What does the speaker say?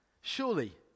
Surely